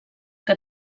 que